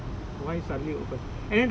he open suddenly